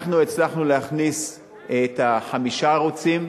אנחנו הצלחנו להכניס חמישה ערוצים,